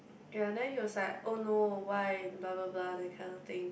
ya then he was like oh no why blah blah blah that kind of thing